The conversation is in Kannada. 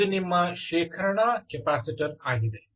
ಇದು ನಿಮ್ಮ ಶೇಖರಣಾ ಕೆಪಾಸಿಟರ್ ಆಗಿದೆ